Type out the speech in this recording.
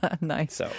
Nice